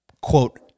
quote